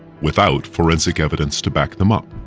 without forensic evidence to back them up.